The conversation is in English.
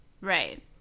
Right